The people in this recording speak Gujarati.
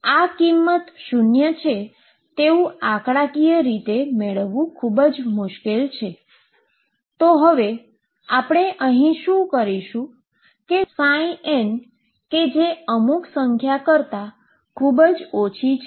આ કિંમત શુન્ય છે તેવુ આંકડાકીય રીતે મેળવવું ખૂબ મુશ્કેલ છે તો હવે આપણે શું કરીશુ કે N જે અમુક સંખ્યા કરતા ખૂબ ઓછી છે